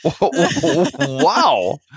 Wow